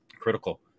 critical